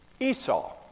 Esau